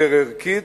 יותר ערכית,